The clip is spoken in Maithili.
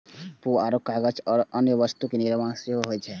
पुआर सं कागज आ अन्य वस्तुक निर्माण सेहो होइ छै